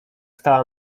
stała